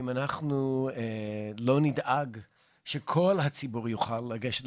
אם אנחנו לא נדאג שכל הציבור יוכל לגשת,